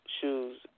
shoes